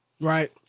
right